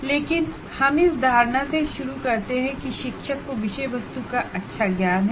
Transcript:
लेकिन हम इस धारणा से शुरू करते हैं कि शिक्षक को विषय वस्तु का अच्छा ज्ञान है